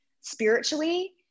spiritually